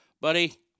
Buddy